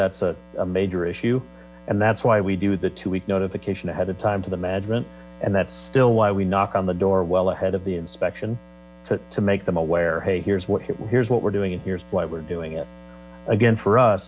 that's a a major issue and that's why we do the two week notification ahead of time to the management and that's still why we knock on the door well ahead of the inspection to make them aware hey here's what here's what we're doing and here's why we're doing it again for us